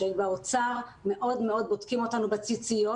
באוצר בודקים אותנו בציציות,